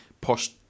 push